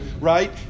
right